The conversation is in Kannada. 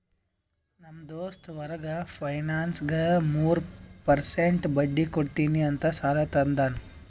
ನಮ್ ದೋಸ್ತ್ ಹೊರಗ ಫೈನಾನ್ಸ್ನಾಗ್ ಮೂರ್ ಪರ್ಸೆಂಟ್ ಬಡ್ಡಿ ಕೊಡ್ತೀನಿ ಅಂತ್ ಸಾಲಾ ತಂದಾನ್